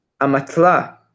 amatla